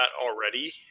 already